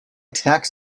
tax